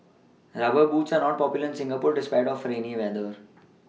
rubber boots are not popular in Singapore despite our for rainy weather